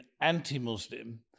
anti-Muslim